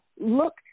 Look